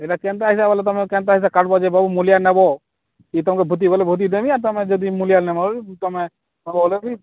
ଏଇଟା କେନ୍ତା ତୁମେ କେନ୍ତା ଏଥିରେ କାଢ଼ିବ ଯେ ବହୁ ମୂଲିଆ ନେବ ଇଏ ତୁମକୁ ଭୋଜି ବୋଲେ ଭୋଜି ଦେବିଁ ତୁମେ ଯଦି ମୂଲିଆ ନେବ ତୁମେ ଗଲେ ବି